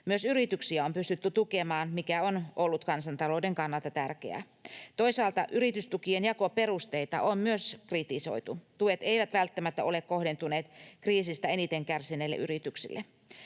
Myös yrityksiä on pystytty tukemaan, mikä on ollut kansantalouden kannalta tärkeää. Toisaalta yritystukien jakoperusteita on myös kritisoitu. Tuet eivät välttämättä ole kohdentuneet kriisistä eniten kärsineille yrityksille.